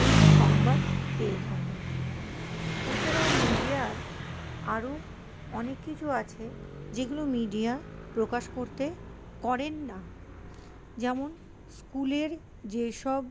এই সংবাদ পেয়ে থাকেন এছাড়াও মিডিয়ার আরো অনেক কিছু আছে যেগুলো মিডিয়া প্রকাশ করতে করেন না যেমন স্কুলের যে সব